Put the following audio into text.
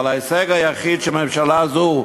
ההישג היחיד של ממשלה זו,